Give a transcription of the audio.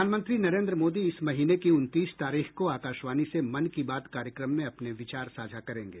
प्रधानमंत्री नरेन्द्र मोदी इस महीने की उनतीस तारीख को आकाशवाणी से मन की बात कार्यक्रम में अपने विचार साझा करेंगे